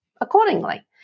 accordingly